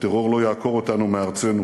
הטרור לא יעקור אותנו מארצנו.